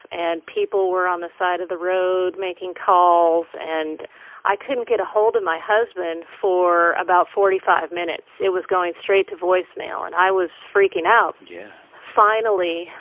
and people were on the side of the road making calls. and i couldn't get ahold of my husband for about forty five minutes. it was going straight to voicemail, and i was freaking out yeah finally,